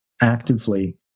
actively